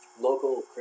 local